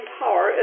power